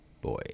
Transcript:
boy